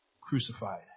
crucified